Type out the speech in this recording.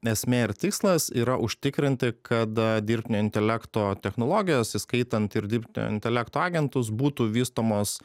esmė ir tikslas yra užtikrinti kad dirbtinio intelekto technologijos įskaitant ir dirbtinio intelekto agentus būtų vystomos